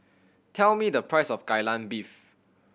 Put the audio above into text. tell me the price of Kai Lan Beef